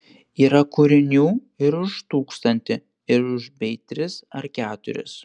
yra kūrinių ir už tūkstantį ir už bei tris ar keturis